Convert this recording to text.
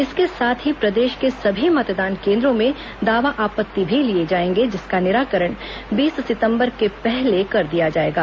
इसके साथ ही प्रदेश के सभी मतदान केन्द्रों में दावा आपत्ति भी लिए जाएंगे जिसका निराकण बीस सितम्बर के पहले कर दिया जाएगा